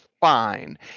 fine